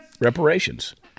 reparations